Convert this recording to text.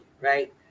right